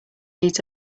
needs